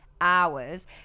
hours